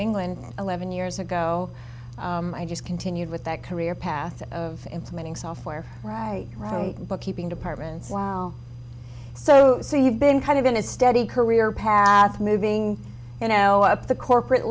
england eleven years ago i just continued with that career path of implementing software where i wrote a book keeping departments well so so you've been kind of in a steady career path moving you know up the corporate